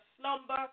slumber